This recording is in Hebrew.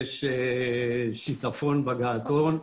יש שיטפון בגעתון,